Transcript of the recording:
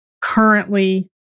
currently